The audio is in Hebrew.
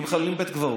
אם מחללים בית קברות,